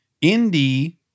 Indy